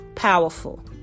powerful